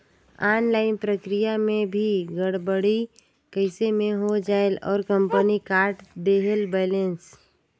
Online प्रक्रिया मे भी गड़बड़ी कइसे मे हो जायेल और कंपनी काट देहेल बैलेंस?